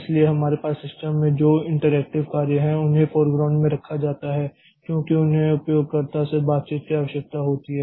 इसलिए हमारे पास सिस्टम में जो इंटरएक्टिव कार्य हैं उन्हें फोरग्राउंड में रखा जाता है क्योंकि उन्हें उपयोगकर्ता से बातचीत की आवश्यकता होती है